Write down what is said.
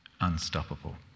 unstoppable